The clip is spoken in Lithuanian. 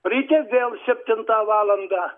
ryte vėl septintą valandą